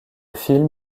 film